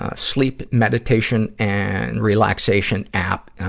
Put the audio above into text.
ah sleep, meditation and relaxation app.